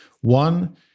One